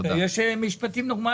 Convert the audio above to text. כרגע יש אי הסכמות.